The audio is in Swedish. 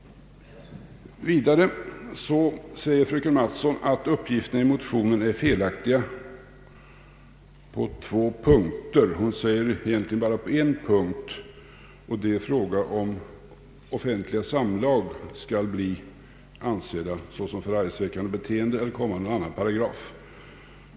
Vidare säger fröken Mattson att uppgifterna i motionen är felaktiga på en punkt, nämligen frågan huruvida offentliga samlag skall bli ansedda som förargelseväckande beteende eller komma under annan paragraf.